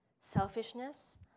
selfishness